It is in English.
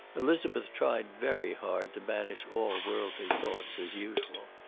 elizabeth tried very hard to banish all worldly thoughts, as usual,